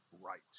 right